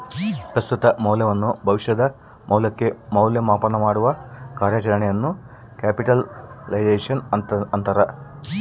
ಪ್ರಸ್ತುತ ಮೌಲ್ಯವನ್ನು ಭವಿಷ್ಯದ ಮೌಲ್ಯಕ್ಕೆ ಮೌಲ್ಯ ಮಾಪನಮಾಡುವ ಕಾರ್ಯಾಚರಣೆಯನ್ನು ಕ್ಯಾಪಿಟಲೈಸೇಶನ್ ಅಂತಾರ